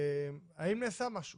האם נעשה משהו